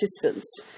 assistance